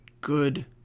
good